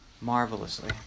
marvelously